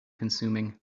consuming